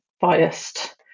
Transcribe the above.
biased